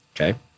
okay